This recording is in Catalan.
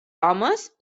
homes